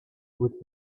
with